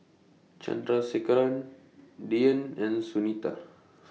Chandrasekaran Dhyan and Sunita